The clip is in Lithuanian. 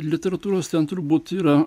literatūros ten turbūt yra